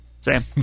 Sam